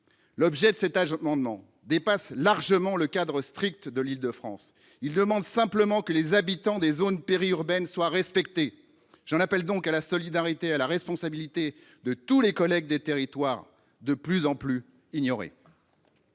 L'objet de cet amendement dépasse largement le cadre strict de l'Île-de-France. Nous demandons simplement que les habitants des zones périurbaines soient respectés. J'en appelle donc à la solidarité et à la responsabilité de tous nos collègues issus de territoires de plus en plus ignorés